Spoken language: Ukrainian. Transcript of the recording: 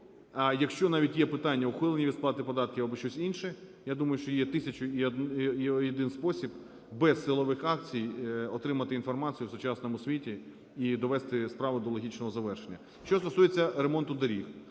а якщо навіть є питання ухилення від сплати податків або щось інше, я думаю, що є тисяча і один спосіб без силових акцій отримати інформацію у сучасному світі і довести справу до логічного завершення. Що стосується ремонту доріг,